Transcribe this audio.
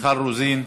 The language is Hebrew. מיכל רוזין,